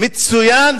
מצוין,